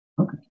Okay